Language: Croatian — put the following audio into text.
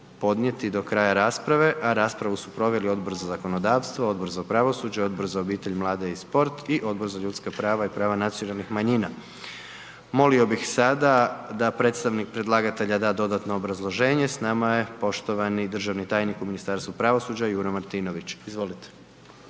govoriti 20 minuta. Raspravu su proveli Odbor za zakonodavstvo, Odbor za pravosuđe, Odbor za obitelj, mlade i sport i Odbor za ravnopravnost spolova. Sada bih ponovo molio predstavnika predlagatelja da nam da dodatno obrazloženje. Ponovo poštovani državni tajnik u Ministarstvu pravosuđa Juro Martinović. Izvolite